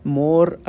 more